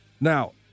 Now